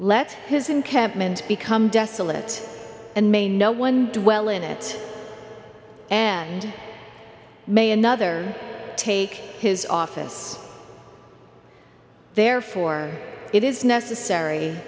let his encampment become desolate and may no one do well in it and may another take his office therefore it is necessary